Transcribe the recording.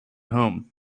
home